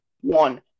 One